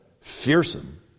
fearsome